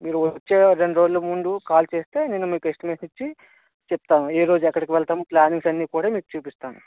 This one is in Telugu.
మీరు వచ్చే రెండు రోజుల ముందు కాల్ చేస్తే నేను మీకు ఎస్టిమేట్ ఇచ్చి చెప్తాను ఏ రోజు ఎక్కడికి వెళ్తాం ప్ల్యానింగ్స్ అన్నీ కూడా మీకు చూపిస్తాను